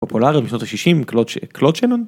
פופולאריות משנות ה-60, קלוד שנון.